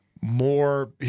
more